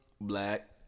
Black